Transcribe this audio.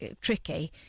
tricky